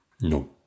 No